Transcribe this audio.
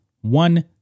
one